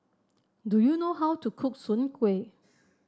do you know how to cook Soon Kway